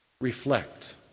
Reflect